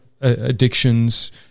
addictions